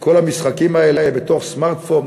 כל המשחקים האלה בתוך סמארטפון,